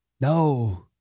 No